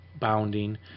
bounding